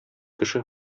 кеше